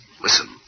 Listen